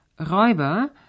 Räuber